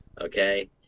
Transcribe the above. Okay